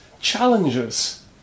challenges